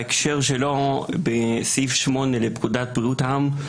ההקשר שלו בסעיף 8 לפקודת בריאות העם,